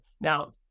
Now